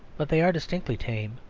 but they are distinctly tame.